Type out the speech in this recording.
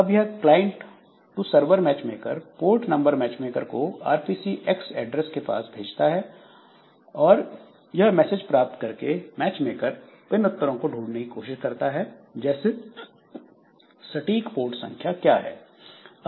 अब यह client to server matchmaker port number matchmaker को आरपीसी एक्स एड्रेस के साथ संदेश भेजता है और यह मैसेज प्राप्त करके मैचमेकर इन उत्तरों को ढूंढने की कोशिश करता है जैसे सटीक पोर्ट संख्या क्या है